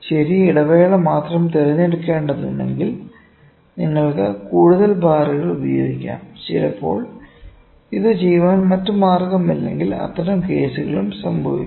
ചെറിയ ഇടവേള മാത്രം തിരഞ്ഞെടുക്കേണ്ടതുണ്ടെങ്കിൽ നിങ്ങൾക്ക് കൂടുതൽ ബാറുകൾ ഉപയോഗിക്കാം ചിലപ്പോൾ ഇത് ചെയ്യാൻ മറ്റ് മാർഗമില്ലെങ്കിൽ അത്തരം കേസുകളും സംഭവിക്കുന്നു